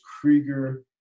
Krieger